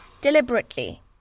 Deliberately